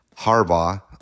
Harbaugh